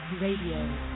Radio